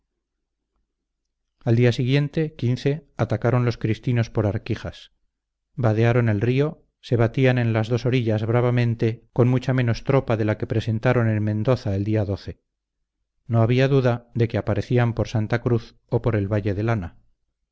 al día siguiente atacaron los cristinos por arquijas vadearon el río se batían en las dos orillas bravamente con mucha menos tropa de la que presentaron en mendaza el día no había duda de que aparecerían por santa cruz o por el valle de lana